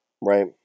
Right